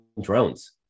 drones